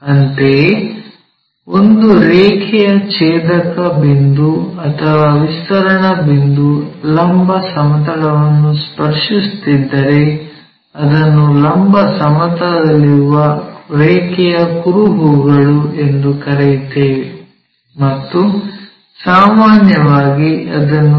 ಅಂತೆಯೇ ಒಂದು ರೇಖೆಯ ಛೇದಕ ಬಿಂದು ಅಥವಾ ವಿಸ್ತರಣಾ ಬಿಂದು ಲಂಬ ಸಮತಲವನ್ನು ಸ್ಪರ್ಶಿಸುತ್ತಿದ್ದರೆ ಅದನ್ನು ಲಂಬ ಸಮತಲದಲ್ಲಿರುವ ರೇಖೆಯ ಕುರುಹುಗಳು ಎಂದು ಕರೆಯುತ್ತೇವೆ ಮತ್ತು ಸಾಮಾನ್ಯವಾಗಿ ಅದನ್ನು ವಿ